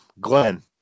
Glenn